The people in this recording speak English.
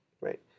Right